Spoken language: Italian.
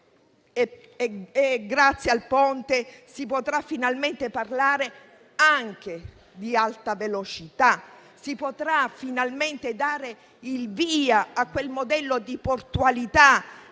Grazie al Ponte si potrà finalmente parlare anche di alta velocità, si potrà finalmente dare il via a quel modello di portualità